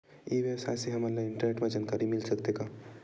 ई व्यवसाय से हमन ला इंटरनेट मा जानकारी मिल सकथे का?